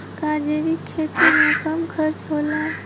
का जैविक खेती में कम खर्च होला?